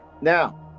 Now